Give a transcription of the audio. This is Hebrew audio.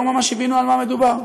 לא ממש הבינו על מה מדובר.